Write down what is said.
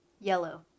yellow